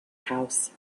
house